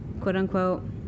quote-unquote